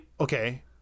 okay